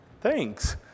thanks